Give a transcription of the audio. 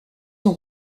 son